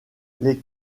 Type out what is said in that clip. les